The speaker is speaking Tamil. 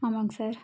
ஆமாங்க சார்